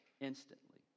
instantly